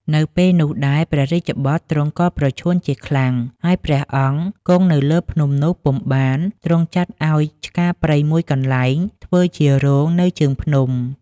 នៅពេលនោះដែលព្រះរាជបុត្រទ្រង់ក៏ប្រឈួនជាខ្លាំង ហើយព្រះអង្គគង់នៅលើភ្នំនោះពុំបាន ទ្រង់ចាត់ឲ្យឆ្ការព្រៃមួយកន្លែងធ្វើជារោងនៅជើងភ្នំ។